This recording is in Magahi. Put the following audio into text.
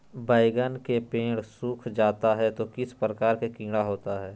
बैगन के पेड़ सूख जाता है तो किस प्रकार के कीड़ा होता है?